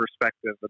perspective